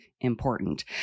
important